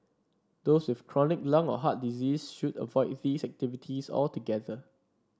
those with chronic lung or heart disease should avoid these activities altogether